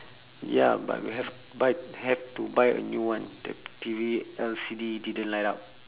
ya but we have but have to buy a new one that T_V L_C_D didn't light up